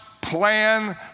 plan